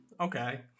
okay